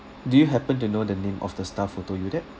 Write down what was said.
do you happen to know the name of the staff who told you that